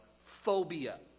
phobia